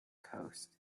coast